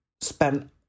spent